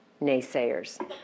naysayers